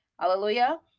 Hallelujah